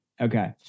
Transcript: Okay